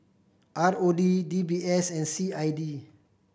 R O D D B S and C I D